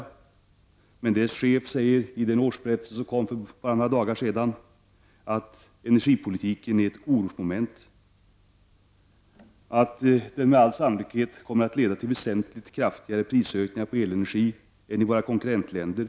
SSABs chef Leif Gustafsson säger i den årsberättelse som kom för bara några dagar sedan att energipolitiken är ett orosmoment, och att den med all sannolikhet kommer att leda till väsentligt kraftiga prishöjningar på elenergin än i våra konkurrentländer.